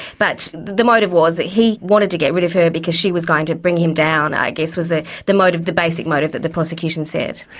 but the motive was that he wanted to get rid of her because she was going to bring him down, i guess, was the the motive, the basic motive that the prosecution said.